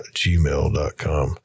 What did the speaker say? gmail.com